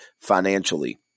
financially